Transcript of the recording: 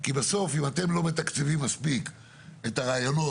כי בסוף אם אתם לא מתקצבים מספיק את הרעיונות